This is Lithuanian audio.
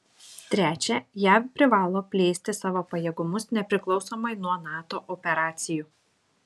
trečia jav privalo plėsti savo pajėgumus nepriklausomai nuo nato operacijų